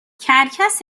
کرکس